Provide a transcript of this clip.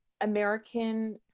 American